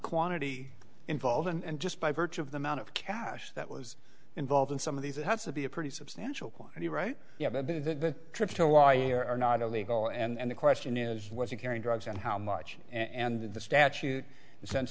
quantity involved and just by virtue of the amount of cash that was involved in some of these it has to be a pretty substantial quantity right the trips to hawaii are not illegal and the question is was he carrying drugs and how much and the statute sens